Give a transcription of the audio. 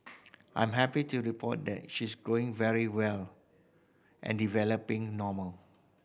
I'm happy to report that she's growing very well and developing normal